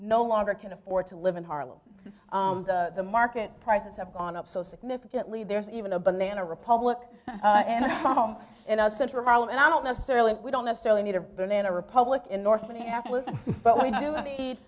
no longer can afford to live in harlem the market prices have gone up so significantly there's even a banana republic and home in the central harlem and i don't necessarily we don't necessarily need a banana republic in north minneapolis but we